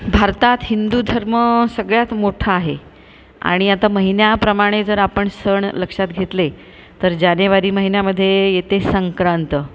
भारतात हिंदू धर्म सगळ्यात मोठा आहे आणि आता महिन्याप्रमाणे जर आपण सण लक्षात घेतले तर जानेवारी महिन्यामध्ये येते संक्रांत